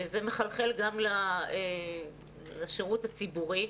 וזה מחלחל גם לשירות הציבורי.